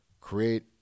create